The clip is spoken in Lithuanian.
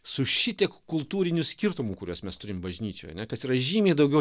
su šitiek kultūrinių skirtumų kuriuos mes turim bažnyčioj ane kas yra žymiai daugiau